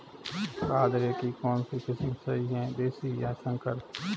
बाजरे की कौनसी किस्म सही हैं देशी या संकर?